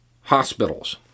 hospitals